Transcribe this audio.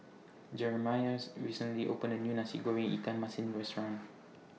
Jeramiah's recently opened A New Nasi Goreng Ikan Masin Restaurant